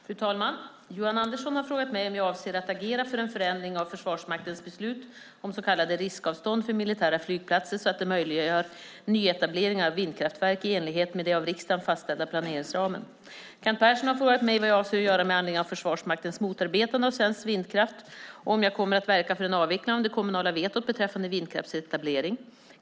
Fru talman! Johan Andersson har frågat mig om jag avser att agera för en förändring av Försvarsmaktens beslut om så kallade riskavstånd för militära flygplatser så att det möjliggör nyetableringar av vindkraftverk i enlighet med den av riksdagen fastställda planeringsramen. Kent Persson har frågat mig vad jag avser att göra med anledning av Försvarsmaktens motarbetande av svensk vindkraft och om jag kommer att verka för en avveckling av det kommunala vetot beträffande vindkraftsetablering.